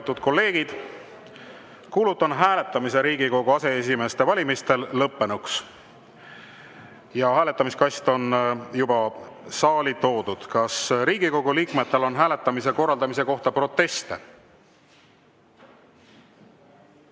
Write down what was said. Kuulutan hääletamise Riigikogu aseesimeeste valimistel lõppenuks. Hääletamiskast on juba saali toodud. Kas Riigikogu liikmetel on hääletamise korraldamise kohta proteste?